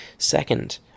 Second